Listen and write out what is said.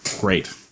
Great